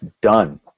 done